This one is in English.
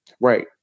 right